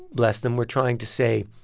bless them, were trying to say,